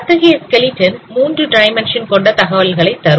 அத்தகைய skeleton 3 dimension கொண்ட தகவல்களை தரும்